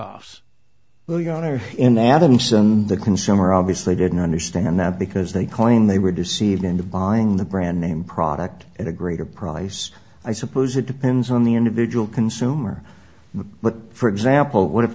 offs where your honor in adamson the consumer obviously didn't understand that because they claim they were deceived into buying the brand name product at a greater price i suppose it depends on the individual consumer but for example would have